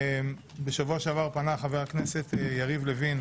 בשבוע שעבר פנה חבר הכנסת יריב לוין,